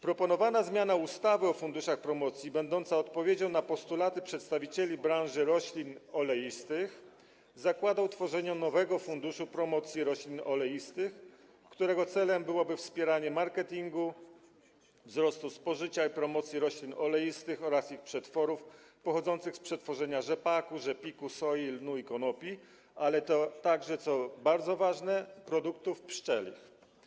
Proponowana zmiana ustawy o funduszach promocji, będąca odpowiedzią na postulaty przedstawicieli branży roślin oleistych, zakłada utworzenie nowego Funduszu Promocji Roślin Oleistych, którego celem byłoby wspieranie marketingu, wzrostu spożycia i promocji roślin oleistych oraz ich przetworów, pochodzących z przetworzenia rzepaku, rzepiku, soi, lnu i konopi, ale także, co bardzo ważne, produktów pszczelich.